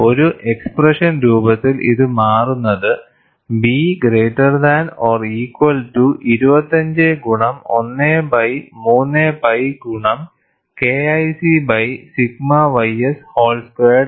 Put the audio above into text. ഒരു എക്സ്പ്രഷൻ രൂപത്തിൽ ഇത് മാറുന്നത് B greater than or equal to 25 ഗുണം 1 ബൈ 3 പൈ ഗുണം KIC by sigma ys whole squared